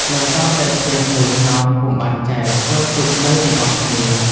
នៅសល់តែផ្ទះ ១ខ្នងពុំបានចែក គាត់ទុកនៅទាំងអស់គ្នា ។